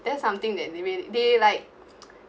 that's something that they made they like